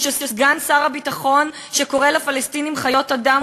וכשסגן שר הביטחון קורא לפלסטינים "חיות אדם"